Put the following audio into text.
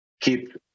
keep